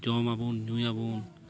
ᱡᱚᱢᱟᱵᱚᱱ ᱧᱩᱭᱟᱵᱚᱱ